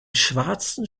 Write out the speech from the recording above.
schwarzen